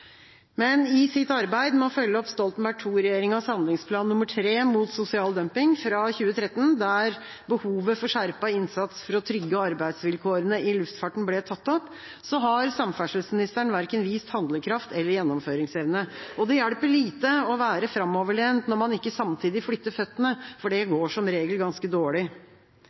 I sitt arbeid med å følge opp Stoltenberg II-regjeringas handlingsplan nr. 3 mot sosial dumping, fra 2013, der behovet for skjerpet innsats for å trygge arbeidsvilkårene i luftfarten ble tatt opp, har samferdselsministeren verken vist handlekraft eller gjennomføringsevne. Det hjelper lite å være framoverlent når man ikke samtidig flytter føttene. Det går som regel ganske dårlig.